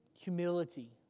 humility